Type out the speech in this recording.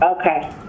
Okay